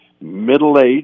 middle-age